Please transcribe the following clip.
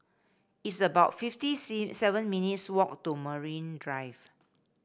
it's about fifty C seven minutes' walk to Marine Drive